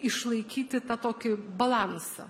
išlaikyti tą tokį balansą